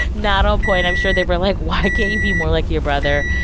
not on point. i'm sure they were like, why can't you be more like your brother?